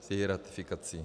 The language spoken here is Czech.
s její ratifikací.